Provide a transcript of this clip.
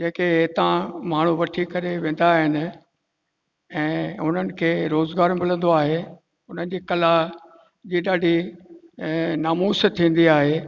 जेके हितां माण्हू वठी करे वेंदा आहिनि ऐं हुननि खे रोज़गार मिलंदो आहे हुननि जी कला जी ॾाढी ऐं नामूस थींदी आहे